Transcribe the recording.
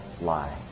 lie